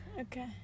Okay